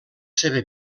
seva